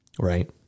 right